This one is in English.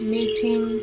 Meeting